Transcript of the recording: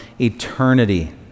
eternity